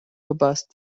robust